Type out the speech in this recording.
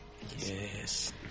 Yes